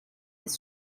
his